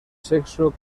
sexo